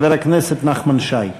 חבר הכנסת נחמן שי.